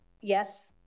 yes